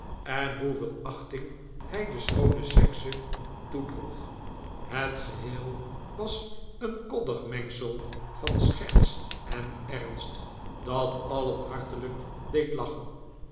en hoeveel achting hij de schoone sekse toedroeg het geheel was een koddig mengsel van scherts en ernst dat alien hartelijk deed lachen